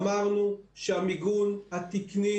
אמרנו שהמיגון התקני